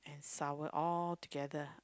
sour all together